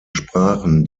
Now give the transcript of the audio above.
sprachen